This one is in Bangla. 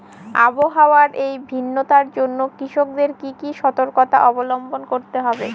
আবহাওয়ার এই ভিন্নতার জন্য কৃষকদের কি কি সর্তকতা অবলম্বন করতে হবে?